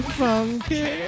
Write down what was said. funky